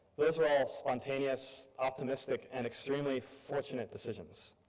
those were all spontaneous, optimistic, and extremely fortunate decisions.